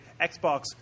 Xbox